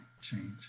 change